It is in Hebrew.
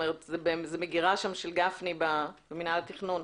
זה במגירה של שאול גפני במנהל התכנון,